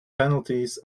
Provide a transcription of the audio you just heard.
penalties